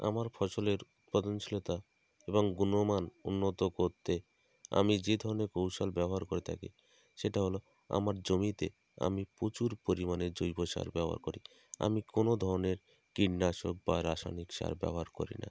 আমার ফসলের উৎপাদনশীলতা এবং গুণমান উন্নত করতে আমি যে ধরনের কৌশল ব্যবহার করে থাকি সেটা হলো আমার জমিতে আমি প্রচুর পরিমাণে জৈব সার ব্যবহার করি আমি কোনো ধরনের কীটনাশক বা রাসায়নিক সার ব্যবহার করি না